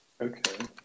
Okay